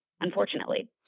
unfortunately